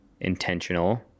intentional